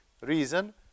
reason